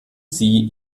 sie